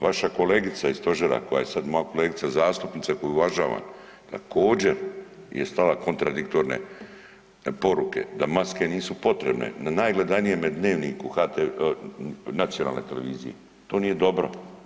Vaša kolegica iz stožera koja je sad moja kolegica zastupnica koju uvažavam također je slala kontradiktorne poruke da maske nisu potrebne na najgledanijem dnevniku HT, nacionalne televizije, to nije dobro.